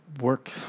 work